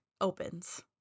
opens